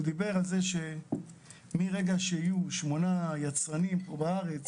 דיבר על כך שמרגע שיהיו שמונה יצרנים ויבואנים בארץ